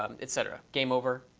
um et cetera game over.